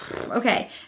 Okay